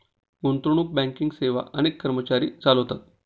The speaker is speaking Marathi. गुंतवणूक बँकिंग सेवा अनेक कर्मचारी चालवतात